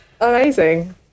Amazing